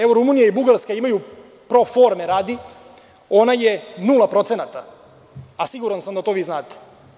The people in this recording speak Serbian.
Evo, Rumunija i Bugarska imaju pro forme radi, ona je nula procenata, a siguran sam da to vi znate.